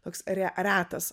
toks re retas